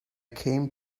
came